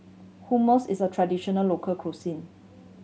hummus is a traditional local cuisine